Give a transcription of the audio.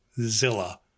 Zilla